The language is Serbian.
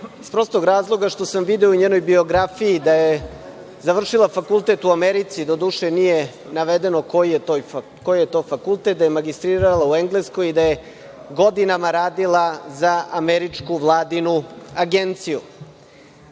iz prostog razloga što sam video u njenoj biografiji da je završila fakultet u Americi. Doduše, nije navedeno koji je to fakultet. Dalje se kaže da je magistrirala u Engleskoj i da je godinama radila za američku vladinu agenciju. Očekivao